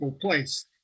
place